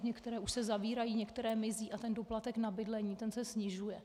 Některé už se zavírají, některé mizí a ten poplatek na bydlení se snižuje.